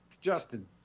Justin